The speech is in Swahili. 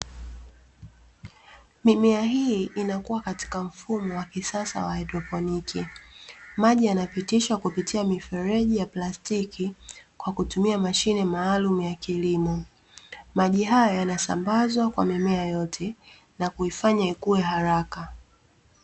Mimea hii inakua katika mfumo wa kisasa wa haidroponiki. Maji yanapitishwa kupitia mifereji ya plastiki kwa kutumia mashine maalumu ya kilimo. Maji haya yanasambazwa kwa mimea yote na kuifanya ikue haraka.